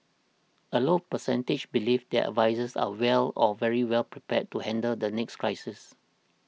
a low percentage believe their advisers are well or very well prepared to handle the next crisis